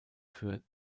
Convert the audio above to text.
für